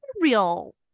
real